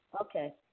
Okay